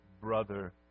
brother